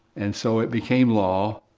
and so, it became law.